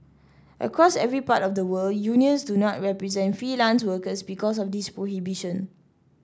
across every part of the world unions do not represent freelance workers because of this prohibition